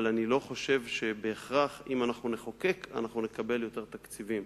אבל אני לא חושב שבהכרח אם אנחנו נחוקק אנחנו נקבל יותר תקציבים.